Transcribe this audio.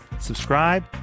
subscribe